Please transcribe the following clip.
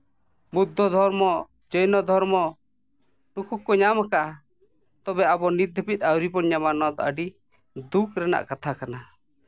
ᱵᱩᱫᱽᱫᱷᱚ ᱫᱷᱚᱨᱢᱚ ᱡᱳᱭᱱᱚ ᱫᱷᱚᱨᱢᱚ ᱱᱩᱠᱩ ᱠᱚ ᱧᱟᱢ ᱠᱟᱜᱼᱟ ᱛᱚ ᱟᱵᱚ ᱱᱤᱛ ᱫᱷᱟᱹᱵᱤᱡ ᱟᱹᱣᱨᱤ ᱵᱚᱱ ᱧᱟᱢᱟ ᱱᱚᱣᱟ ᱫᱚ ᱟᱹᱰᱤ ᱫᱩᱠ ᱨᱮᱱᱟᱜ ᱠᱟᱛᱷᱟ ᱠᱟᱱᱟ